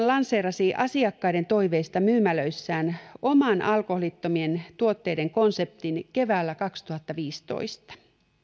lanseerasi asiakkaiden toiveesta myymälöissään oman alkoholittomien tuotteiden konseptin keväällä kaksituhattaviisitoista